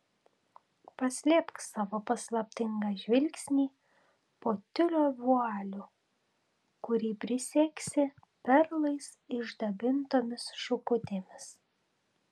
paslėpk savo paslaptingą žvilgsnį po tiulio vualiu kurį prisegsi perlais išdabintomis šukutėmis